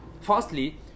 firstly